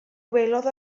welodd